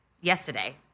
yesterday